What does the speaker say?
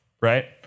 right